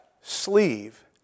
sleeve